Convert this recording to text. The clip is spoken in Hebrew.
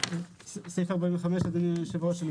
סעיף 45. אדוני היושב ראש,